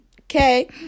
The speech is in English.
okay